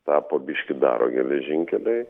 tą po biški daro geležinkeliai